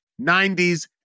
90s